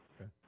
Okay